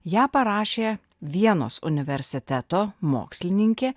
ją parašė vienos universiteto mokslininkė